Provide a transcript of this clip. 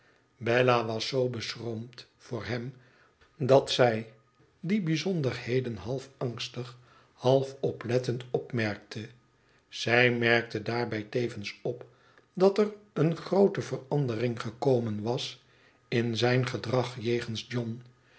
bella was zoo beschroomd voor hem dat zij die bijzonderheden half angstig half oplettend opmerkte zij merkte daarbij tevens op dat er eene groote verandering gekomen was in zijn gedrag jegensjohn